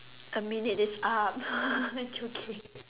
a minute is up joking